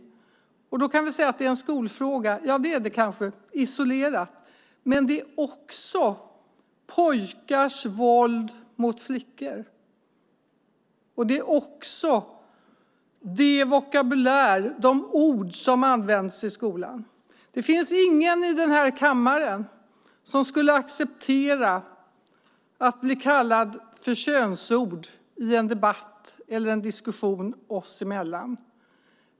Då kan vi säga att det är en skolfråga. Ja, det är det kanske isolerat, men det är också en fråga om pojkars våld mot flickor och om den vokabulär, de ord som används i skolan. Det finns ingen i den här kammaren som skulle acceptera att bli tilltalad med könsord i en debatt eller en diskussion oss emellan.